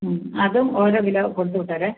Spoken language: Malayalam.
മ്മ് അതും ഓരോ കിലോ കൊടുത്തു വിട്ടേരെ